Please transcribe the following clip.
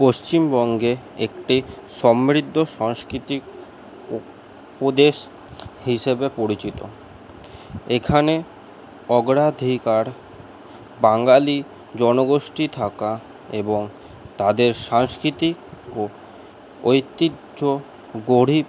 পশ্চিমবঙ্গে একটি সমৃদ্ধ সংস্কৃতির প্রদেশ হিসেবে পরিচিত এখানে অগ্রাধিকার বাঙালি জনগোষ্ঠী থাকা এবং তাদের সাংস্কৃতিক ও ঐতিহ্য গরিব